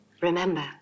Remember